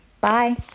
Bye